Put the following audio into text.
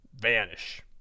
vanish